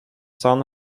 son